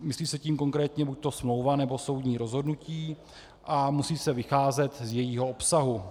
Myslí se tím konkrétně buďto smlouva, nebo soudní rozhodnutí a musí se vycházet z jejího obsahu.